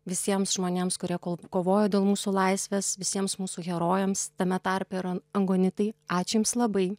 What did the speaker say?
visiems žmonėms kurie kol kovojo dėl mūsų laisvės visiems mūsų herojams tame tarpe ir angonitai ačiū jums labai